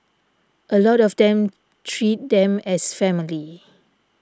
a lot of them treat them as family